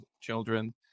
children